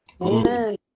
Amen